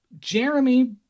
Jeremy